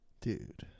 Dude